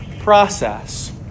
process